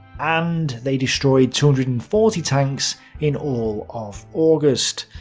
and they destroyed two hundred and forty tanks in all of august.